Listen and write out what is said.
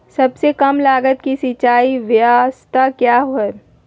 सबसे कम लगत की सिंचाई ब्यास्ता क्या है?